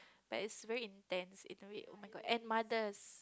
but is very intense in a way oh-my-god and mothers